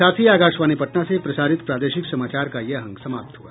इसके साथ ही आकाशवाणी पटना से प्रसारित प्रादेशिक समाचार का ये अंक समाप्त हुआ